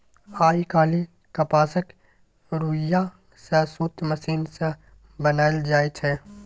आइ काल्हि कपासक रुइया सँ सुत मशीन सँ बनाएल जाइ छै